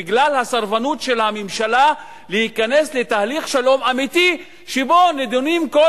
בגלל הסרבנות של הממשלה להיכנס לתהליך שלום אמיתי שבו נדונות כל